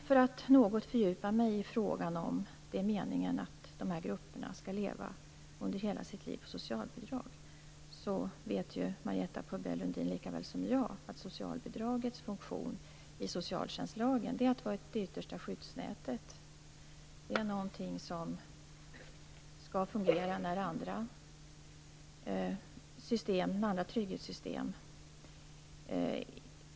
För att något fördjupa mig i frågan om det är meningen att dessa grupper under hela sina liv skall leva på socialbidrag vill jag säga att Marietta de Pourbaix Lundin vet lika väl som jag att socialbidragets funktion enligt socialtjänstlasgen är att vara det yttersta skyddsnätet. Det är någonting som skall fungera när andra trygghetssystem inte är tillräckliga.